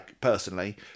personally